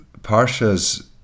Parshas